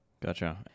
Gotcha